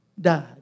died